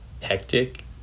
hectic